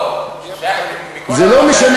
לא, זה שייך למועצה אזורית, זה לא משנה.